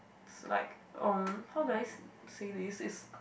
it's like um how do I say this it's